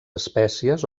espècies